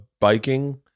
biking